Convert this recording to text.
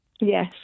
Yes